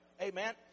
Amen